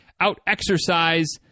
out-exercise